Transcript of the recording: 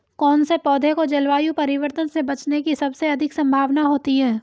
कौन से पौधे को जलवायु परिवर्तन से बचने की सबसे अधिक संभावना होती है?